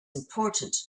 important